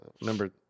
remember